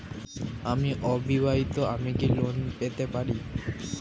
আমি অবিবাহিতা আমি কি লোন পেতে পারি?